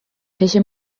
fece